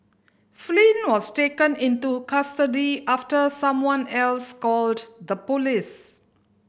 Flynn was taken into custody after someone else called the police